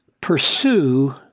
pursue